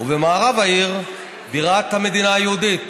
ובמערב העיר, בירת המדינה היהודית".